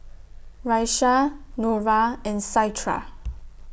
Raisya Nura and Citra